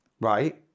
Right